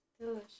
Delicious